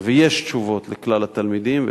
ויש תשובות לכלל התלמידים,